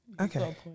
Okay